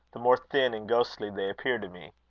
the more thin and ghostly they appear to me.